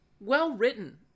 well-written